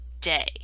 day